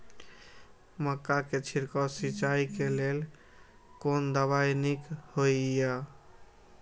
मक्का के छिड़काव सिंचाई के लेल कोन दवाई नीक होय इय?